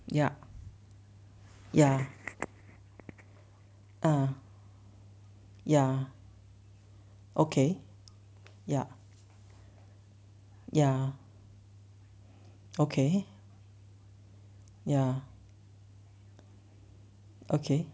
ya ya err ya okay ya ya okay ya okay